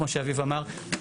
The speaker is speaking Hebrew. כמו שאביב אמר.